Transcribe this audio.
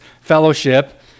fellowship